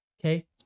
okay